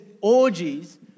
orgies